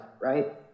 Right